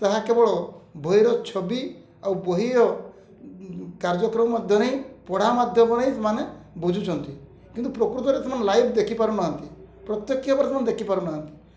ତାହା କେବଳ ବହିର ଛବି ଆଉ ବହିର କାର୍ଯ୍ୟକ୍ରମ ମଧ୍ୟରେ ହିଁ ପଢ଼ା ମାଧ୍ୟମରେ ହିଁ ସେମାନେ ବୁଝୁଛନ୍ତି କିନ୍ତୁ ପ୍ରକୃତରେ ସେମାନେ ଲାଇଭ୍ ଦେଖିପାରୁନାହାନ୍ତି ପ୍ରତ୍ୟକ୍ଷ ପରେ ଦେଖିପାରୁନାହାନ୍ତି